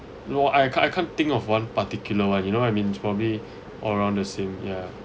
no I I can't think of one particular one you know what I mean it's probably all around the same ya